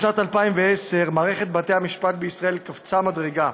בשנת 2010 מערכת בתי המשפט בישראל קפצה מדרגה.